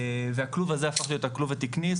הכלוב הזה הפך להיות הכלוב התקני,